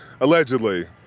Allegedly